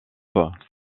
rompt